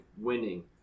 Winning